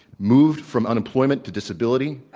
moved from unemployment to disability,